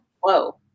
whoa